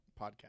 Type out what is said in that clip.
podcast